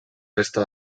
resta